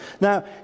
Now